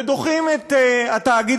ודוחים את התאגיד